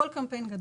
כל קמפיין גדול